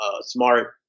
Smart